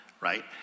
right